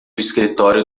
escritório